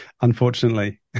Unfortunately